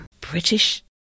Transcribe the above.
British